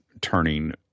turning